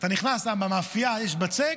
אתה נכנס למאפייה, יש בצק,